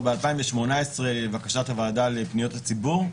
ב-2018 לבקשת הוועדה לפניות הציבור בזמנו,